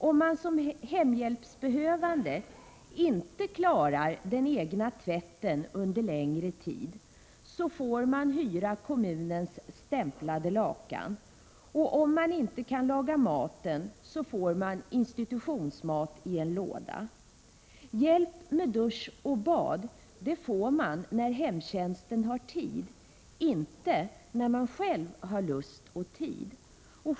Om man som hjälpbehövande inte klarar den egna tvätten under en längre tid, får man hyra kommunens stämplade lakan. Och om man inte kan laga maten, får man institutionsmat i en låda. Hjälp med dusch och bad får man när hemtjänsten har tid, inte när man själv har lust och tid.